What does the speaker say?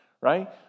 right